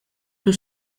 tout